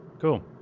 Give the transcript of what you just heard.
Cool